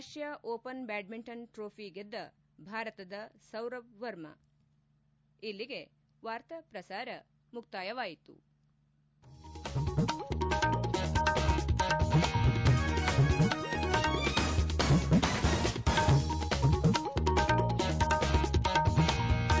Russia open badminton trophy ಗೆದ್ದ ಭಾರತದ ಸೌರಭ್ ವರ್ಮಾ ಇಲ್ಲಿಗೆ ವಾರ್ತಾ ಪ್ರಸಾರ ಮುಕ್ತಾಯವಾಯಿತು ಮುಕಾಯ